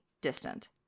distant